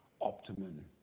optimum